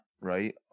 right